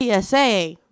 PSA